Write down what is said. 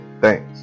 Thanks